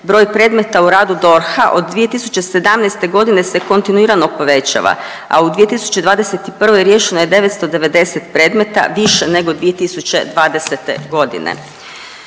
Broj predmeta u radu DORH-a od 2017.g. se kontinuirano povećava, a u 2021. riješeno je 990 predmeta više nego 2020.g..